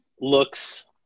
looks